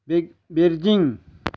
ବି Beijing